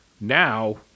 now